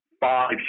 five